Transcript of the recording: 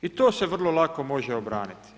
I to se vrlo lako može obraniti.